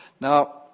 Now